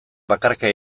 bakarka